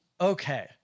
Okay